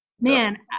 Man